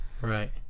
Right